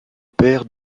père